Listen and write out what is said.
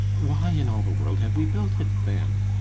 why in all the world have we built it then?